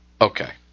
Okay